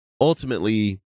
ultimately